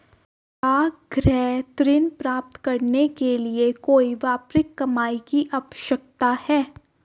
क्या गृह ऋण प्राप्त करने के लिए कोई वार्षिक कमाई की आवश्यकता है?